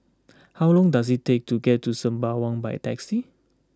how long does it take to get to Sembawang by taxi